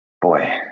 Boy